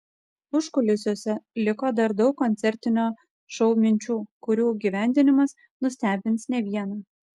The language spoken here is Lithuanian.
užkulisiuose liko dar daug koncertinio šou minčių kurių įgyvendinimas nustebins ne vieną